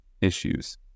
issues